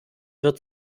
wird